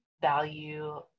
value